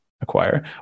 acquire